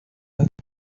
hasta